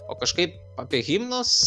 o kažkaip apie himnus